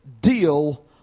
deal